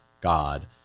god